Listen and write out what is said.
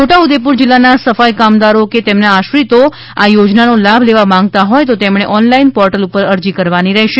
છોટાઉદેપુર જિલ્લાના સફાઇ કામદારો કે તેમના આશ્રિતો આ યોજનાનો લાભ લેવા માંગતા હોય તેમણે ઓનલાઈન પોર્ટલ પર અરજી કરવાની રહેશે